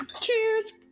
Cheers